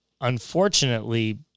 unfortunately